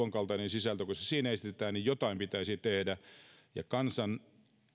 senkaltainen sisältö kuin lakialoitteessa esitetään niin jotain pitäisi tehdä että kansan